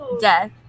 death